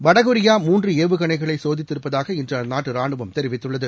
வடகொரியா மூன்று ஏவுகணைகளை சோதித்து இருப்பதாக இன்று அந்நாட்டு ரானுவம் தெரிவித்துள்ளது